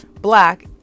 Black